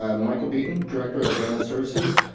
ah michael beeton, director of general services.